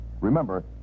Remember